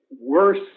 worse